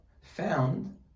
found